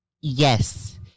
Yes